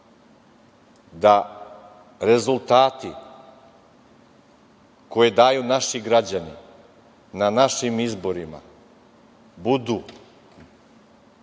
da rezultati koje daju naši građani na našim izborima budu